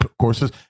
courses